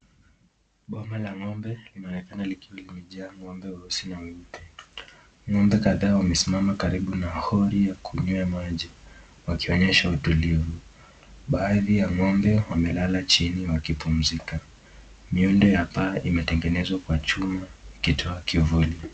Boma la ng'ombe linaonekana likiwa limejaa ng'ombe weusi na weupe. Ng'ombe kadhaa wamesimama karibu na holi ya kunywia maji wakionyesha utulivu. Baadhi ya ng'ombe wamelala jini wakipumzika. Miundo ya baa imetengenezwa kwa chuma ikitoa kivuli.